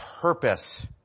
purpose